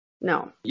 No